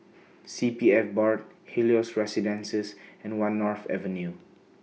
C P F Board Helios Residences and one North Avenue